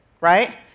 right